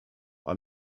but